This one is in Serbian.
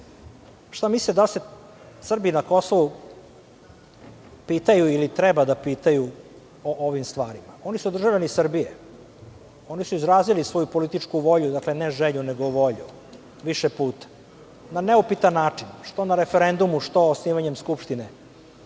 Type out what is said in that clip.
Šta mislite da li se Srbi na Kosovu pitaju ili treba da pitaju o ovim stvarima? Oni su državljani Srbije. Oni su izrazili svoju političku volju, dakle, ne želju, nego volju više puta, na neupitan način, što na referendumu, što osnivanjem Skupštine.